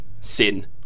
Sin